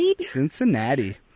Cincinnati